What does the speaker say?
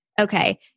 Okay